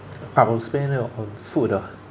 I will spend it on food ah